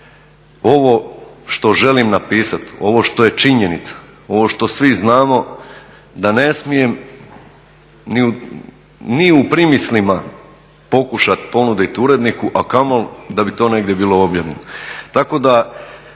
ovo što želim napisati, ovo što je činjenica, ovo što svi znamo, da ne smijem ni u primislima pokušati ponuditi uredniku, a kamoli da bi to negdje bilo objavljeno.